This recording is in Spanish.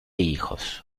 hijos